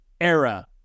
era